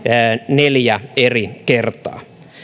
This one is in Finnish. neljä eri kertaa